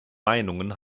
meinungen